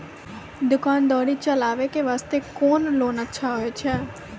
दुकान दौरी चलाबे के बास्ते कुन लोन अच्छा होय छै?